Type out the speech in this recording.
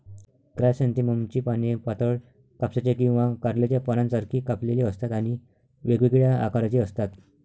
क्रायसॅन्थेममची पाने पातळ, कापसाच्या किंवा कारल्याच्या पानांसारखी कापलेली असतात आणि वेगवेगळ्या आकाराची असतात